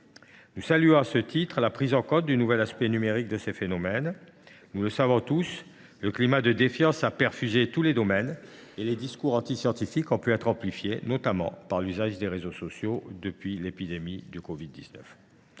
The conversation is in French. nous saluons la prise en compte du nouvel aspect numérique de tels phénomènes. Nous le savons tous, un climat de défiance s’est diffusé dans tous les domaines et les discours antiscientifiques ont été amplifiés, notamment par l’usage accru des réseaux sociaux depuis l’épidémie de covid 19.